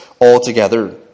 altogether